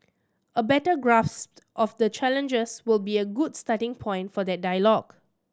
a better grasp of the challenges will be a good starting point for that dialogue